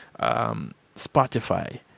Spotify